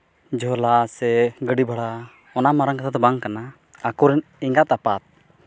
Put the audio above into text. ᱡᱷᱚᱞᱟ ᱥᱮ ᱜᱟᱹᱰᱤ ᱵᱷᱟᱲᱟ ᱚᱱᱟ ᱢᱟᱨᱟᱝ ᱠᱟᱛᱷᱟ ᱫᱚ ᱵᱟᱝ ᱠᱟᱱᱟ ᱟᱠᱚᱨᱮᱱ ᱮᱸᱜᱟᱛ ᱟᱯᱟᱛ